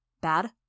Bad